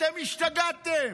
אתם השתגעתם.